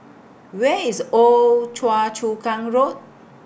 Where IS Old Choa Chu Kang Road